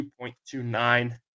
2.29